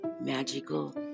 magical